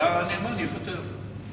והנאמן יפטר.